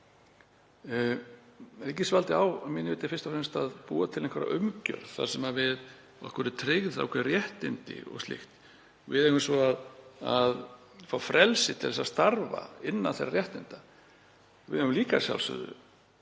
Ríkisvaldið á að mínu viti fyrst og fremst að búa til einhverja umgjörð þar sem okkur eru tryggð ákveðin réttindi og slíkt. Við eigum svo að fá frelsi til að starfa innan þeirra réttinda. Að sjálfsögðu